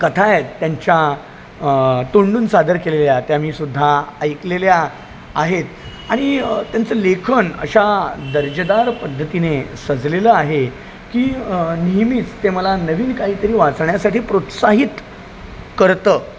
कथा आहेत त्यांच्या तोंडून सादर केलेल्या त्या मी सुुद्धा ऐकलेल्या आहेत आणि त्यांचं लेखन अशा दर्जेदार पद्धतीने सजलेलं आहे की नेहमीच ते मला नवीन काहीतरी वाचण्यासाठी प्रोत्साहित करतं